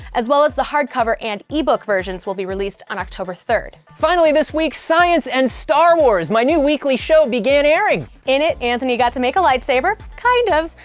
as well as the hardcover and e-book versions will be released on october third. finally this week, science and star wars, my new weekly show began airing. in it, anthony got to make a lightsaber kind of,